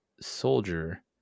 soldier